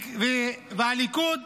ואת הליכוד